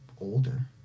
older